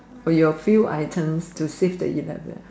or your few items to save the eleven